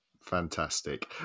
fantastic